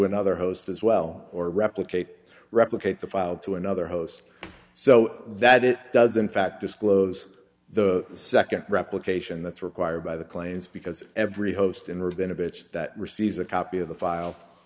another host as well or replicate replicate the file to another host so that it does in fact disclose the second replication that's required by the claims because every host in rabinovich that receives a copy of the file